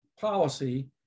policy